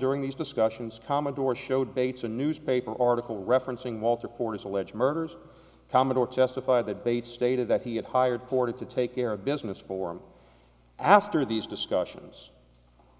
during these discussions commodore showed bates a newspaper article referencing walter porter's alleged murders commodore testified that bates stated that he had hired courted to take care of business for him after these discussions